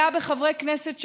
מלאה בחברי כנסת שכולם,